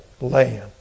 land